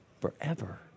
Forever